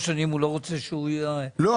שנים הוא לא רוצה שהוא יהיה ה --- לא,